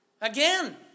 Again